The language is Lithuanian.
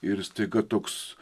ir staiga toks